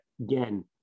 again